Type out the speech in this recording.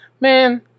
man